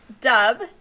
dub